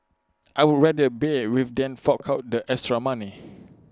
I would rather bear with than fork out the extra money